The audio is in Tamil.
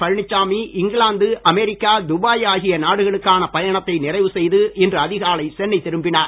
பழனிச்சாமி இங்கிலாந்து அமெரிக்கா துபாய் ஆகிய நாடுகளுக்கான பயணத்தை நிறைவு செய்து இன்று அதிகாலை சென்னை திரும்பினார்